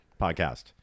podcast